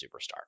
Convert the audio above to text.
superstar